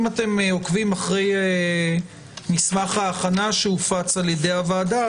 אם אתם עוקבים אחר מסמך ההכנה שהופץ על ידי הוועדה,